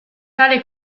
tale